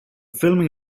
filming